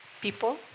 people